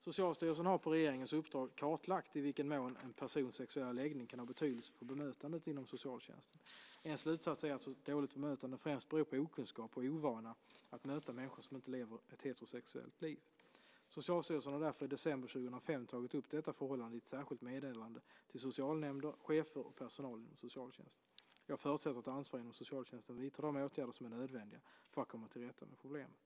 Socialstyrelsen har på regeringens uppdrag kartlagt i vilken mån en persons sexuella läggning kan ha betydelse för bemötandet inom socialtjänsten. En slutsats är att dåligt bemötande främst beror på okunskap och ovana att möta människor som inte lever ett heterosexuellt liv. Socialstyrelsen har därför i december 2005 tagit upp detta förhållande i ett särskilt meddelande till socialnämnder, chefer och personal inom socialtjänsten. Jag förutsätter att ansvariga inom socialtjänsten vidtar de åtgärder som är nödvändiga för att komma till rätta med problemet.